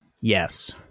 Yes